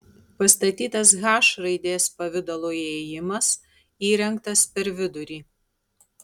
pastatytas h raidės pavidalo įėjimas įrengtas per vidurį